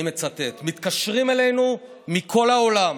אני מצטט: "מתקשרים אלינו מכל העולם".